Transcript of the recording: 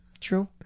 True